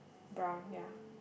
brown ya